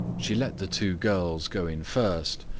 she let the two girls go in first,